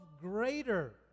greater